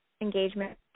engagement